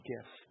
gifts